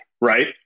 right